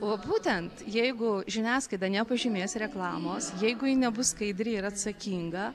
o būtent jeigu žiniasklaida nepažymės reklamos jeigu ji nebus skaidri ir atsakinga